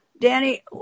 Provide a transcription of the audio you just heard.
Danny